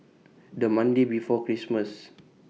The Monday before Christmas